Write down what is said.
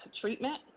treatment